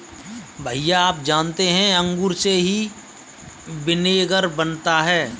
भैया आप जानते हैं अंगूर से ही विनेगर बनता है